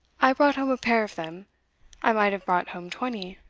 i brought home a pair of them i might have brought home twenty.